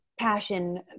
passion